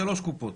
ומכופלות.